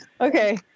Okay